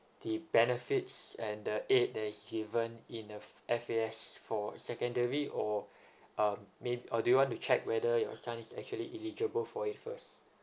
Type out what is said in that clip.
the benefits and the aid that's given in the F_A_S for secondary or um may~ or do you want to check whether your son is actually eligible for it first